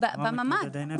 שלהם ישנה בממ"ד.